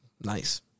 Nice